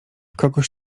kogoś